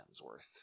Hemsworth